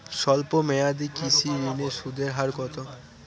স্বল্প মেয়াদী কৃষি ঋণের সুদের হার কত?